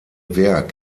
werk